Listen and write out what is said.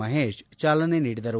ಮಹೇಶ್ ಚಾಲನೆ ನೀಡಿದರು